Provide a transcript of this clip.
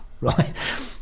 right